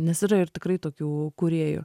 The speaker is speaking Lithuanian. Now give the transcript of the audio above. nes yra ir tikrai tokių kūrėjų